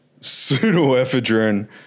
pseudoephedrine